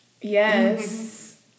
yes